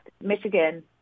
Michigan